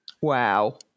Wow